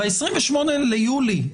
ב-28 ביולי.